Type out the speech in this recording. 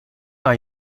aan